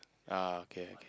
ah okay okay